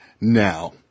Now